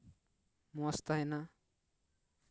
ᱢᱚᱡᱽ ᱛᱟᱦᱮᱱᱟ